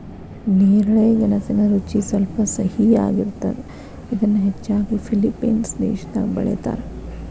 ನೇರಳೆ ಗೆಣಸಿನ ರುಚಿ ಸ್ವಲ್ಪ ಸಿಹಿಯಾಗಿರ್ತದ, ಇದನ್ನ ಹೆಚ್ಚಾಗಿ ಫಿಲಿಪೇನ್ಸ್ ದೇಶದಾಗ ಬೆಳೇತಾರ